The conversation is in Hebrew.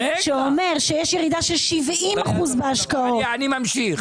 שאומר שיש ירידה של 70% בהשקעות --- אני ממשיך.